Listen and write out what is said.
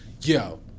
yo